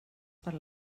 per